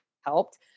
helped